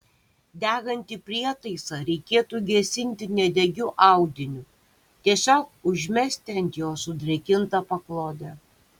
degantį prietaisą reikėtų gesinti nedegiu audiniu tiesiog užmesti ant jo sudrėkintą paklodę